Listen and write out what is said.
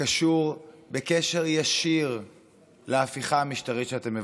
קשור קשר ישיר להפיכה המשטרית שאתם מבצעים.